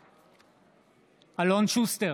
בעד אלון שוסטר,